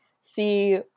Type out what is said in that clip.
see